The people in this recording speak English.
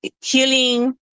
healing